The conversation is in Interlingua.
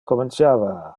comenciava